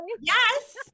Yes